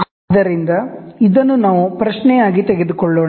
ಆದ್ದರಿಂದ ಇದನ್ನು ನಾವು ಪ್ರಶ್ನೆಯಾಗಿ ತೆಗೆದುಕೊಳ್ಳೋಣ